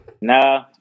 No